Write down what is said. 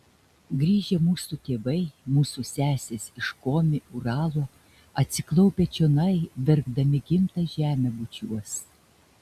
grįžę mūsų tėvai mūsų sesės iš komi uralo atsiklaupę čionai verkdami gimtą žemę bučiuos